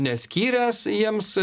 neskyręs jiems